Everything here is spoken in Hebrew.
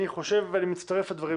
אני מצטרף לדברים